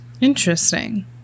Interesting